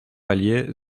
valier